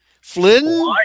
Flynn